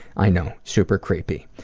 i know, super creepy.